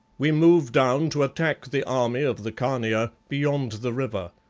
we move down to attack the army of the khania beyond the river.